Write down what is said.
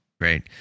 Great